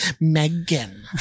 Megan